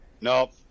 Nope